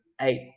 eight